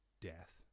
death